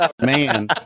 man